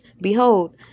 behold